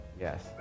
Yes